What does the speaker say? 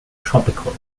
tropical